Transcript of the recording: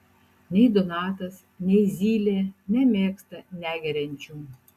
nei donatas nei zylė nemėgsta negeriančių